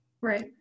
Right